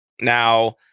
Now